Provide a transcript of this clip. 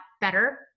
better